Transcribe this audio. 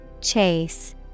Chase